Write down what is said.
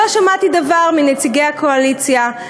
לא שמעתי דבר מנציגי הקואליציה,